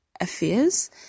affairs